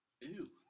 Ew